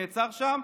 נעצר שם.